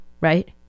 right